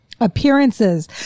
appearances